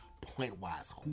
point-wise